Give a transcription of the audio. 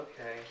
Okay